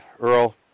Earl